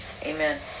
amen